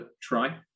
try